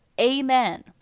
Amen